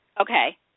Okay